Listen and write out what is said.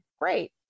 Great